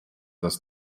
das